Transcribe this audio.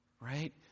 right